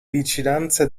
vicinanze